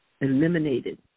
eliminated